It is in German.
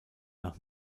nach